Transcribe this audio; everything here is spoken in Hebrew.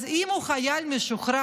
אז אם הוא חייל משוחרר,